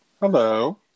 hello